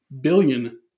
billion